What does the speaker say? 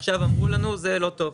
עכשיו אמרו לנו שזה לא טוב,